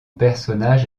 personnage